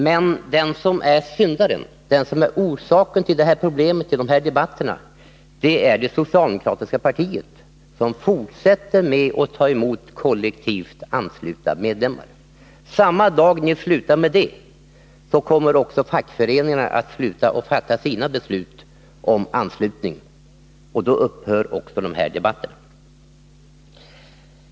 Men syndaren, den som är orsaken till detta problem och dessa debatter, är det socialdemokratiska partiet, som fortsätter att ta emot kollektivanslutna medlemmar. Samma dag ni upphör med det, så kommer också fackföreningarna att upphöra med att fatta beslut om kollektivanslutning. Därmed upphör även debatterna här i riksdagen om detta.